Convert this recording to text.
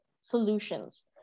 solutions